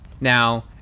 Now-